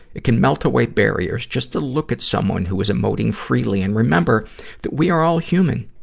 it can melt away barriers, just to look at someone who is emoting feely and remember that we are all human,